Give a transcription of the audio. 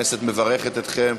הכנסת מברכת אתכם.